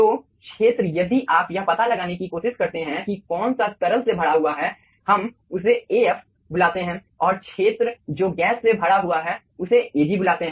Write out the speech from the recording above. तो क्षेत्र यदि आप यह पता लगाने की कोशिश करते हैं कि कौन सा तरल से भरा हुआ है हम उसे Af बुलाते है और क्षेत्र जो गैस से भरा हुआ है उसे Ag बुलाते है